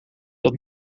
dat